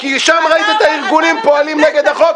כי שם ראית את הארגונים פועלים נגד החוק,